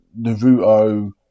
Naruto